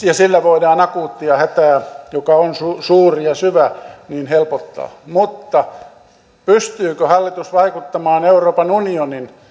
ja sillä voidaan akuuttia hätää joka on suuri ja syvä helpottaa mutta pystyykö hallitus vaikuttamaan euroopan unionin